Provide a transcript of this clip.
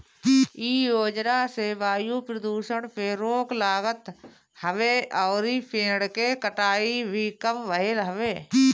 इ योजना से वायु प्रदुषण पे रोक लागत हवे अउरी पेड़ के कटाई भी कम भइल हवे